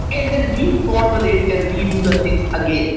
and then reformulate and redo the things again.